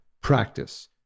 practice